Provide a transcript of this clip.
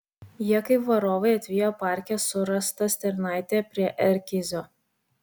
jie kaip varovai atvijo parke surastą stirnaitę prie r kizio